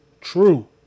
true